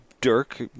dirk